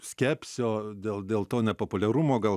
skepsio dėl dėl to nepopuliarumo gal